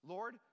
Lord